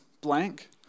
blank